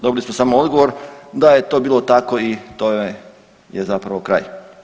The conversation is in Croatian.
Dobili smo samo odgovor da je to bilo tako i to je zapravo kraj.